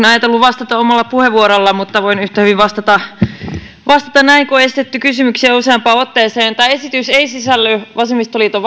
ajatellut vastata omalla puheenvuorolla mutta voin yhtä hyvin vastata vastata näin kun on esitetty kysymyksiä useampaan otteeseen tämä esitys ei sisälly vasemmistoliiton